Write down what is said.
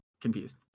confused